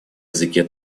языке